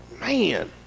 Man